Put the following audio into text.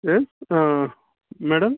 yes madam